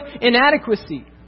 inadequacy